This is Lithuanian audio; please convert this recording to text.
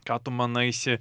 ką tu manaisi